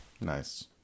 Nice